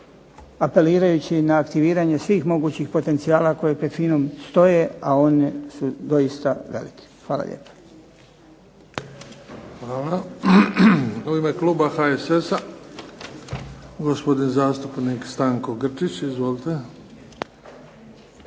apelirajući na aktiviranje svih mogućih potencijala koje pred FINA-om stoje, a one su doista velike. Hvala lijepa. **Bebić, Luka (HDZ)** Hvala. U ime kluba HSS-a gospodin zastupnik Stanko Grčić. Izvolite.